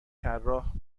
طراح